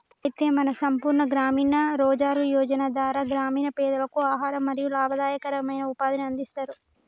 అయితే మన సంపూర్ణ గ్రామీణ రోజ్గార్ యోజన ధార గ్రామీణ పెదలకు ఆహారం మరియు లాభదాయకమైన ఉపాధిని అందిస్తారు